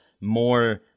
more